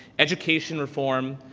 education reform,